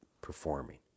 performing